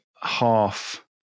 half